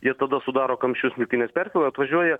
jie tada sudaro kamščius smiltynės perkėloj atvažiuoja